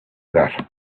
that